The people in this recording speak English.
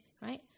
right